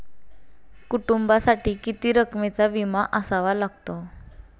कुटुंबासाठी किती रकमेचा विमा असावा लागतो?